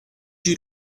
you